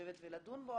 לשבת ולדון בו.